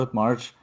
march